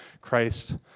Christ